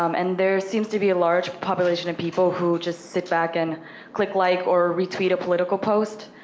um and there seems to be a large population of people who just sit back, and click like, or retweet a political post,